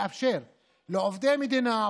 לאפשר לעובדי מדינה,